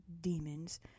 demons